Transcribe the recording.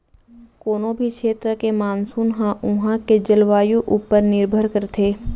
कोनों भी छेत्र के मानसून ह उहॉं के जलवायु ऊपर निरभर करथे